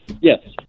Yes